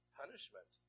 punishment